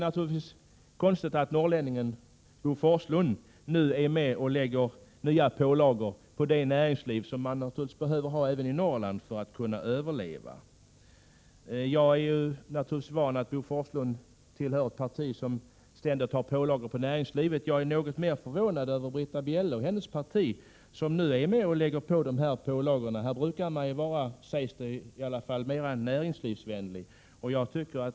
Självfallet är det konstigt att norrlänningen Bo Forslund nu är med om att lägga nya pålagor på det näringsliv som naturligtvis behövs för att människorna även i Norrland skall kunna överleva. Jag är van vid att det parti som Bo Forslund ju tillhör ständigt lägger pålagor på näringslivet. Däremot är jag något förvånad över att Britta Bjelle och hennes parti nu är med om att införa sådana här pålagor. Man brukar ju, sägs det i varje fall, vara mera näringslivsvänlig.